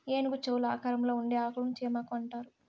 ఏనుగు చెవుల ఆకారంలో ఉండే ఆకులను చేమాకు అంటారు